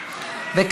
להצביע.